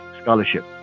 scholarship